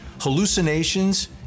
hallucinations